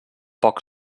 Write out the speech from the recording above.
poc